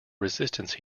resistance